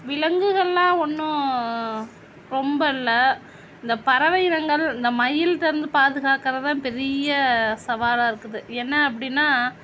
விலங்குகள் எல்லாம் ஒன்றும் ரொம்ப இல்லை இந்த பறவை இனங்கள் இந்த மயில் கிட்ட இருந்து பாதுகாக்கறது தான் பெரிய சவாலாக இருக்குது என்ன அப்படின்னா